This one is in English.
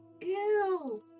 Ew